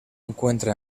encuentra